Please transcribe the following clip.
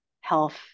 health